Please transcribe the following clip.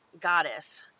goddess